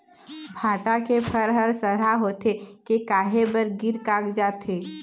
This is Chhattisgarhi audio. भांटा के फर हर सरहा होथे के काहे बर गिर कागजात हे?